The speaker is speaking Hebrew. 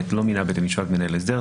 לא מינה בית המשפט מנהל הסדר,